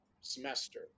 semester